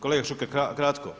Kolega Šuker, kratko.